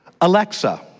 Alexa